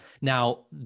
now